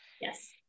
Yes